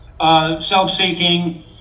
Self-seeking